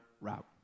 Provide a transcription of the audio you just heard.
route